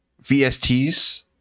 vsts